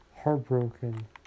heartbroken